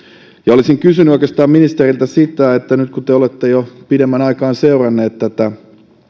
olisin oikeastaan kysynyt ministeriltä sitä että nyt kun te olette jo pidemmän aikaa seurannut tätä